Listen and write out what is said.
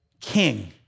king